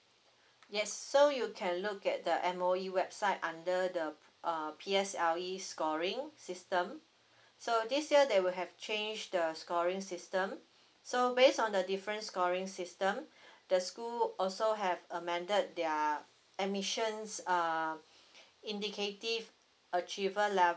yes so you can look at the M_O_E website under the uh P_S_L_E scoring system so this year they will have change the scoring system so based on the different scoring system the school also have amended their emissions uh indicative achiever level